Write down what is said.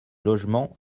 logement